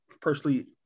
personally